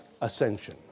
ascension